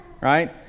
right